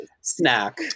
snack